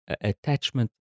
attachment